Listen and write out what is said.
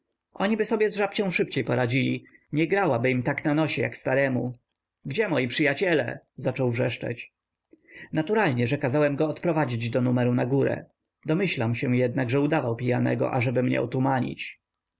oni są oniby sobie z żabcią prędzej poradzili nie grałaby im po nosie jak staremu gdzie moi przyjaciele zaczął wrzeszczeć naturalnie że kazałem go odprowadzić do numeru na górę domyślam się jednak że udawał pijanego ażeby mnie